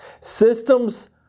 Systems